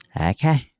Okay